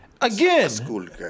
Again